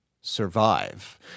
survive